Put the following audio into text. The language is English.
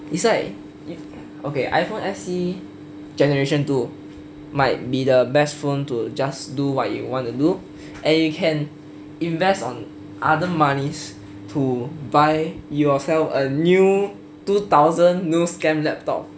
it's like okay iphone S_E generation two might be the best phone to just do what you want to do and you can invest on other monies to buy yourself a new two thousand new scam laptop